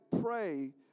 pray